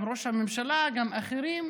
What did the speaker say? גם ראש הממשלה וגם אחרים,